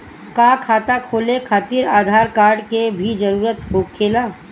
का खाता खोले खातिर आधार कार्ड के भी जरूरत होखेला?